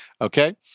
Okay